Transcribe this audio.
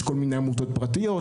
יש כל מיני עמותות פרטיות,